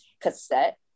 cassette